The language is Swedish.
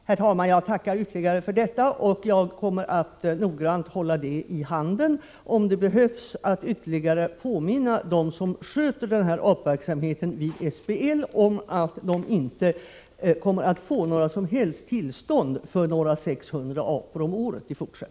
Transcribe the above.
Herr talman! Jag tackar för denna ytterligare upplysning och skall hålla dessa uppgifter i handen, därest man kommer att behöva påminna dem som sköter denna verksamhet med apor vid SBL om att de i fortsättningen inte kommer att få några som helst tillstånd för användning av 600 apor om året.